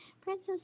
Princess